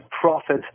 profit